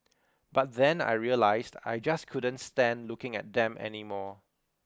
but then I realised I just couldn't stand looking at them anymore